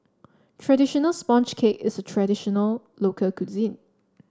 traditional sponge cake is a traditional local cuisine